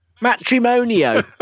matrimonio